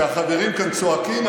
שהחברים כאן צועקים,